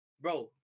Bro